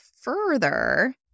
further